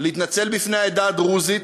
להתנצל בפני העדה הדרוזית,